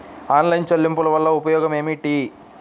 Online చెల్లింపుల వల్ల ఉపయోగమేమిటీ?